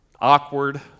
awkward